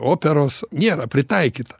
operos nėra pritaikyta